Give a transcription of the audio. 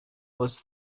was